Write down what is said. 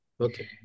Okay